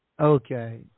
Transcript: Okay